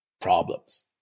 problems